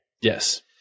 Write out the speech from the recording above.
Yes